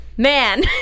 Man